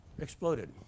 exploded